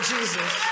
Jesus